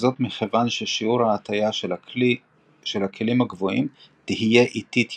זאת מכיוון ששיעור ההטיה של הכלים הגבוהים תהיה איטית יותר.